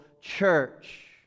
church